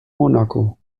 monaco